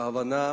בהבנה.